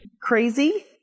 Crazy